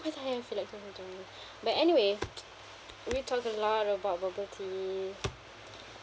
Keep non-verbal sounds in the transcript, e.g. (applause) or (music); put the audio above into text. quite tired (breath) but anyway (noise) we talk a lot about bubble tea